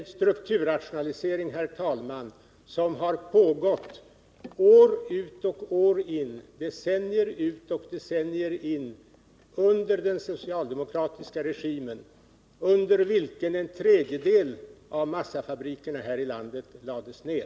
Den strukturrationalisering, herr talman, som har pågått år ut och år in, decennier ut och decennier in under den socialdemokratiska regimen, har lett till att en tredjedel av massafabrikerna här i landet har lagts ner!